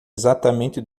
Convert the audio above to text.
exatamente